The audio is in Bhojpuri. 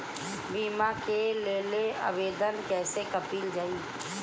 बीमा के लेल आवेदन कैसे कयील जाइ?